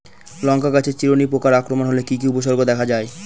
লঙ্কা গাছের চিরুনি পোকার আক্রমণ হলে কি কি উপসর্গ দেখা যায়?